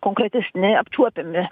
konkretesni apčiuopiami